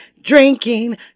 Drinking